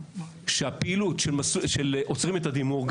שהפעילות של ׳עוצרים את הדימור׳,